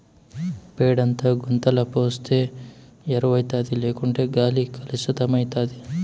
పేడంతా గుంతల పోస్తే ఎరువౌతాది లేకుంటే గాలి కలుసితమైతాది